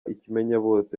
ikimenyabose